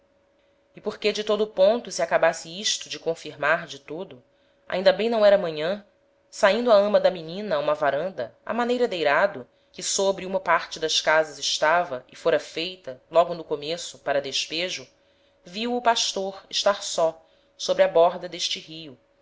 e porque de todo o ponto se acabasse isto de confirmar de todo ainda bem não era manhan saindo a ama da menina a uma varanda á maneira d'eirado que sobre uma parte das casas estava e fôra feita logo no começo para despejo viu o pastor estar só sobre a borda d'este rio